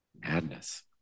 madness